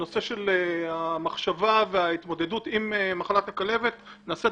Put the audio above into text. הנושא של המחשבה וההתמודדות עם מחלת הכלבת נעשית